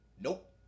Nope